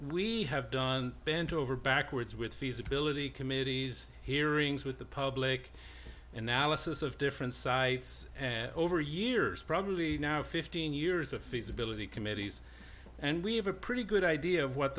we have done bent over backwards with feasibility committees hearings with the public analysis of different sites over years probably now fifteen years of feasibility committees and we have a pretty good idea of what